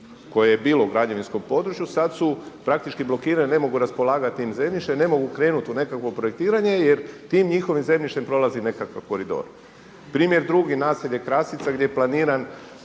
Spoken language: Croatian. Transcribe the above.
koje je bilo u građevinskom području sad su praktički blokirani, ne mogu raspolagati tim zemljištem, ne mogu krenuti u nekakvo projektiranje jer tim njihovim zemljištem prolazi nekakav koridor. Primjer drugi naselje Krasica gdje je planiran